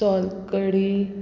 सोलकडी